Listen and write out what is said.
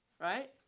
Right